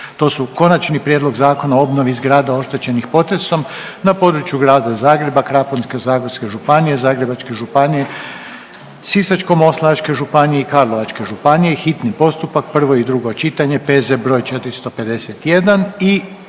to su: - Prijedlog zakona o obnovi zgrada oštećenih potresom na području Grada Zagreba, Krapinsko-zagorske županije, Zagrebačke županije, Sisačko-moslavačke županije i Karlovačke županije s konačnim prijedlogom zakona, hitni postupak, prvo i drugo čitanje, P.Z. br. 451.